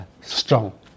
strong